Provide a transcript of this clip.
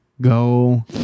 Go